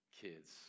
kids